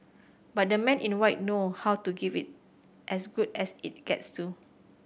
but the Men in White know how to give it as good as it gets too